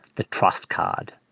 the trust card,